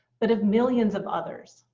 but of millions of others,